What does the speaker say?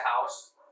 house